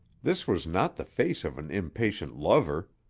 this was not the face of an impatient lover.